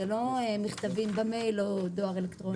אלה לא מכתבים במייל או דואר אלקטרוני.